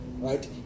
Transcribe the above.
Right